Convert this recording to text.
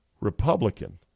Republican